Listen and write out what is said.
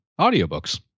audiobooks